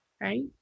right